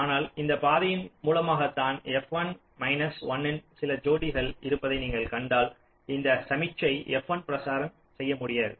ஆனால் இந்தப் பாதையின் மூலமாகத்தான் f1 மைனஸ் 1 ன் சில ஜோடிகள் இருப்பதை நீங்கள் கண்டால் இந்த சமிக்ஞை f1 பிரச்சாரம் செய்ய முடியாது